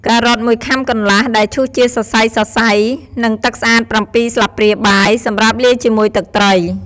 ការ៉ុត ១ខាំកន្លះ ដែលឈូសជាសរសៃៗ និងទឹកស្អាត ៧ ស្លាបព្រាបាយ សម្រាប់លាយជាមួយទឹកត្រី។